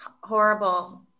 Horrible